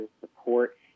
support